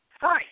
Hi